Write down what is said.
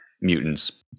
mutants